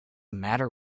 matter